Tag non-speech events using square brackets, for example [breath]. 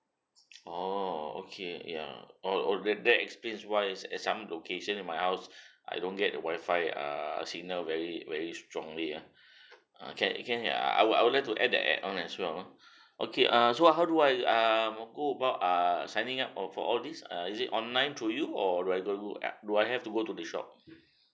[noise] orh okay ya oh oh that that explains why is at some location in my house [breath] I don't get a wifi err signal very very strongly ah [breath] uh can can ah I would I would like to add that add on as well [breath] okay err so how do I um go about err signing up or for all these uh is it online through you or do I do I have to go to the shop